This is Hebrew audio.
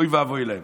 אוי ואבוי להם.